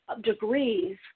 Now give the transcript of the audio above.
degrees